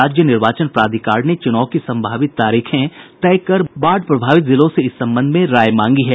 राज्य निर्वाचन प्राधिकार ने चुनाव की सम्भावित तारीखें तय कर बाढ़ प्रभावित जिलों से इस संबंध में राय मांगी है